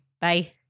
Bye